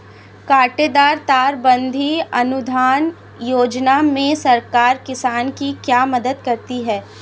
कांटेदार तार बंदी अनुदान योजना में सरकार किसान की क्या मदद करती है?